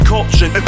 Culture